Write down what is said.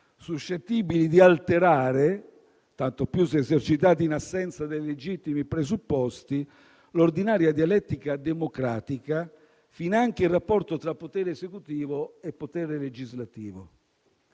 suscettibili di alterare, tanto più se esercitati in assenza dei legittimi presupposti, l'ordinaria dialettica democratica, finanche il rapporto tra potere esecutivo e potere legislativo.